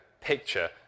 picture